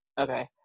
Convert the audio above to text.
Okay